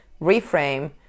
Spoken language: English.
reframe